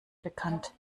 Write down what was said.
bekannt